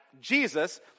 Jesus